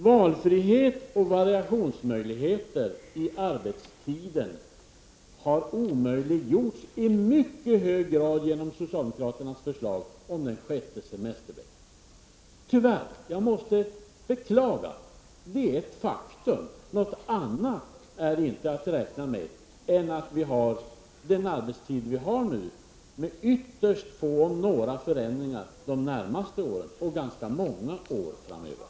Valfrihet och variationsmöjligheter när det gäller arbetstiden har omöjliggjorts i mycket hög grad genom socialdemokraternas förslag om en sjätte semestervecka. Jag måste beklaga detta, men det är ett faktum. Det är inte att räkna med något annat än att vi kommer att behålla den arbetstid vi har nu, med ytterst få, om några, förändringar de närmaste åren och ganska många år framöver.